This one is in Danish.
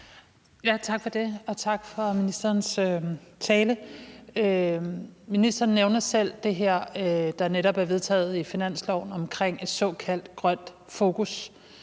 Tak for det, og tak for ministerens tale. Ministeren nævner selv det her, der netop er vedtaget i finansloven, om et såkaldt grønt fokus.